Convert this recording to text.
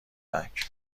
اردک